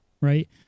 right